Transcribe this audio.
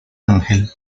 angel